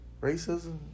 Racism